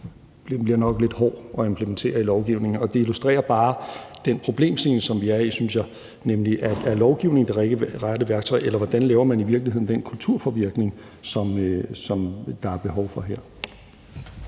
bliver nok lidt hård at implementere i lovgivningen, og det illustrerer, synes jeg, bare den problemstilling, som vi er i, nemlig om lovgivning er det rette værktøj, eller hvordan man i virkeligheden laver den kulturpåvirkning, som der her er behov for.